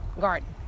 garden